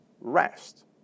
rest